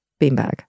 beanbag